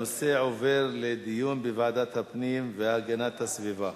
הנושא עובר לדיון בוועדת הפנים והגנת הסביבה.